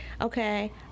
Okay